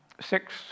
six